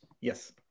Yes